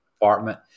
apartment